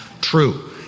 True